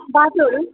बाटोहरू